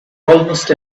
almost